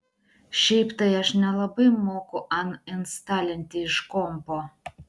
šiaip tai aš nelabai moku aninstalinti iš kompo